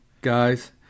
guys